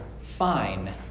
fine